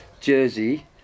Jersey